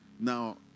Now